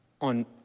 on